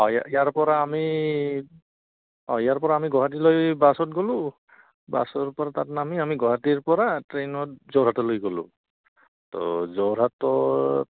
অঁ ইয়াৰ পৰা আমি অঁ ইয়াৰ পৰা আমি গুৱাহাটীলৈ বাছত গ'লোঁ বাছৰ পৰা তাত নামি আমি গুৱাহাটীৰ পৰা ট্ৰেইনত যোৰহাটলৈ গ'লোঁ তো যোৰহাটত